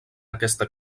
aquesta